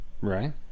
Right